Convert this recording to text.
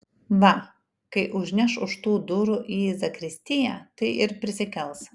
va kai užneš už tų durų į zakristiją tai ir prisikels